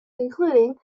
including